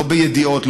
לא בידיעות,